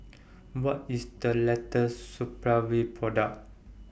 What IS The later Supravit Product